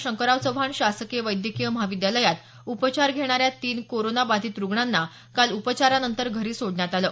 शंकरराव चव्हाण शासकीय वैद्यकीय महाविद्यालयात उपचार घेणाऱ्या तीन कोरोना बाधित रुग्णांना काल उपचारानंतर घरी सोडण्यात आलं